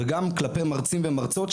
וגם כלפי מרצים ומרצות,